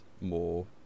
more